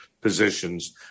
positions